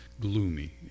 gloomy